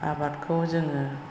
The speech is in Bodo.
आबादखौ जोङो